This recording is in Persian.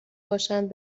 باشند